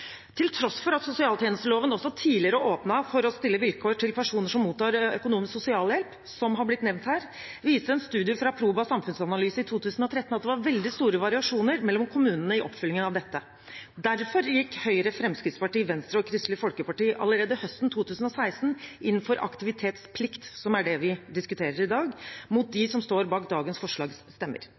Til tross for at sosialtjenesteloven også tidligere åpnet for å stille vilkår til personer som mottar økonomisk sosialhjelp, som det har blitt nevnt her, viser en studie fra Proba samfunnsanalyse i 2013 at det var veldig store variasjoner mellom kommunene i oppfyllingen av dette. Derfor gikk Høyre, Fremskrittspartiet, Venstre og Kristelig Folkeparti allerede høsten 2016 inn for aktivitetsplikt – som er det vi diskuterer i dag – mot stemmene til dem som står bak dagens